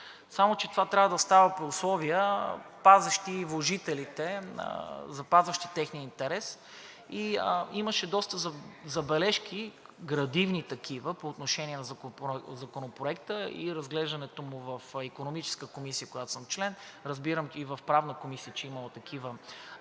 Само че това трябва да стане при условия, пазещи вложителите, запазващи техния интерес. Имаше доста забележки, градивни такива, по отношение на Законопроекта и разглеждането му в Икономическата комисия, на която съм член, а разбирам, че и в Правната комисия е имало такива